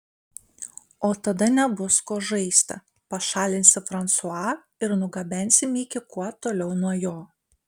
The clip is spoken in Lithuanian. o tada nebus ko žaisti pašalinsi fransua ir nugabensi mikį kuo toliau nuo jo